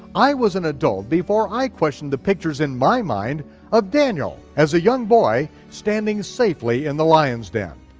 i was an adult before i questioned the pictures in my mind of daniel. as a young boy, standing safely in the lion's den.